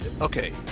Okay